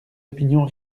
opinions